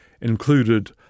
included